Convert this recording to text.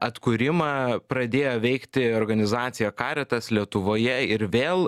atkūrimą pradėjo veikti organizacija caritas lietuvoje ir vėl